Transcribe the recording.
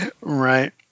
Right